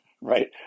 right